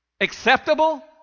acceptable